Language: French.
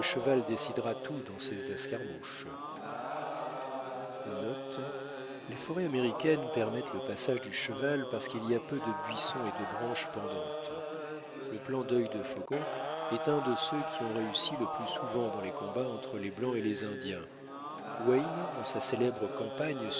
décidera tout dans ces le passage du cheval parce qu'il y a peu de buissons et de branches pendantes le plan dœil defaucon est un de ceux qui ont réussi le plus souvent dans les combats entre les blancs et les indiens wayne dans sa célèbre